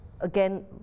Again